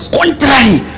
contrary